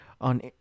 on